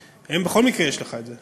היום בכל מקרה יש לך את זה.